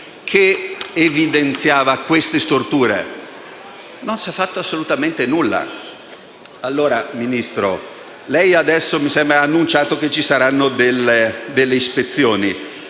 che evidenziava queste storture: non si è fatto assolutamente nulla. Signor Ministro, lei ha annunciato che vi saranno delle ispezioni,